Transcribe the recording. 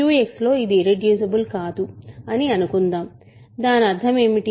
QX లో ఇది irreducible కాదు అని అనుకుందాం దాని అర్థం ఏమిటి